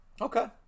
okay